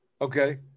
Okay